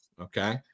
Okay